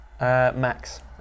Max